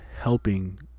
helping